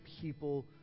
people